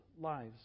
lives